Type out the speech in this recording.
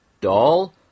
doll